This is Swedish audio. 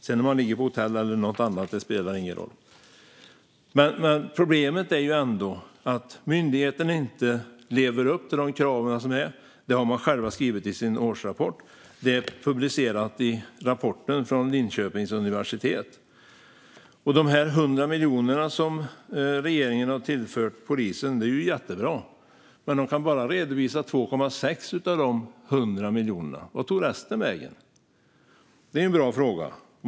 Om man sedan sover på hotell eller någon annanstans spelar ingen roll. Problemet är att myndigheten inte lever upp till de krav som finns. Det har man själv skrivit i sin årsrapport, som är publicerad i rapporten från Linköpings universitet. De 100 miljoner som regeringen har tillfört polisen är ju jättebra, men de kan bara redovisa 2,6 av de 100 miljonerna. Vart tog resten vägen? Det är en bra fråga.